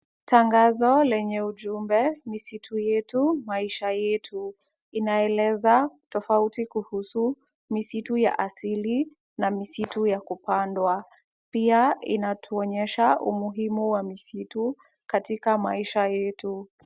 Tangazo lenye ujumbe misitu yetu maisha yetu. Inaeleza tofauti kuhusu misitu ya asili na misitu ya kupandwa. Pia inatuonyesha umuhimu wa misitu katika maisha yetu.